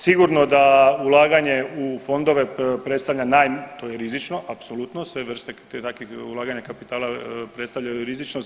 Sigurno da ulaganje u fondove predstavlja, to je rizično apsolutno, sve vrste takvih ulaganja kapitala predstavljaju rizičnost.